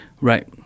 Right